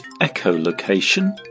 echolocation